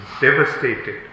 devastated